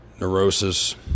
neurosis